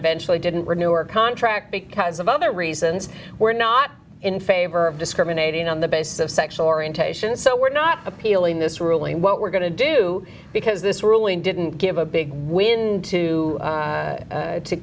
eventually didn't renew her contract because of other reasons we're not in favor of discriminating on the basis of sexual orientation so we're not appealing this ruling what we're going to do because this ruling didn't give a big win to